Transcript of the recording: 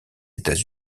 états